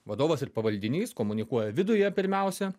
vadovas ir pavaldinys komunikuoja viduje pirmiausia